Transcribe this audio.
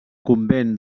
convent